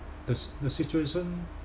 the the situation